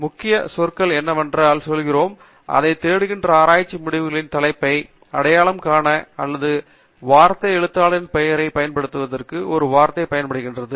முக்கிய சொற்களால் என்னவெல்லாம் சொல்கிறோமோ நாம் தேடுகிற ஆராய்ச்சி முடிவுகளின் தலைப்பை அடையாளம் காண அல்லது வார்த்தை எழுத்தாளரின் பெயரை பயன்படுத்துவதற்கு ஒரு வார்த்தை பயன்படுத்துகிறது